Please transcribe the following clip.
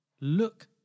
look